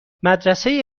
مدرسه